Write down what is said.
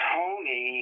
Tony